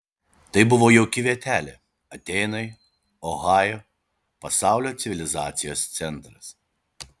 tai buvo jauki vietelė atėnai ohajo pasaulio civilizacijos centras